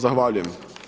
Zahvaljujem.